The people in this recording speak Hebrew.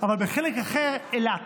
אבל בחלק אחר, Elat,